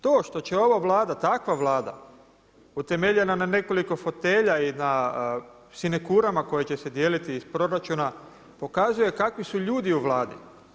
To što će ova Vlada, takva Vlada, utemeljena na nekoliko fotelja i na sinekurama koje će se dijeliti iz proračuna pokazuje kakvi su ljudi u Vladi.